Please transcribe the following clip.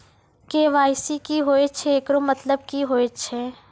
KYC की होय छै, एकरो मतलब की होय छै?